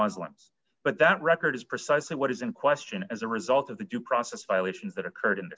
muslims but that record is precisely what is in question as a result of the due process violations that occurred in